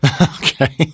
Okay